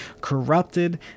corrupted